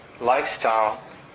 lifestyle